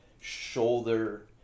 shoulder